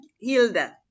Hilda